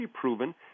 proven